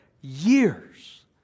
years